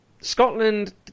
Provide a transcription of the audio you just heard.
Scotland